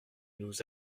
nous